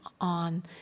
on